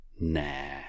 Nah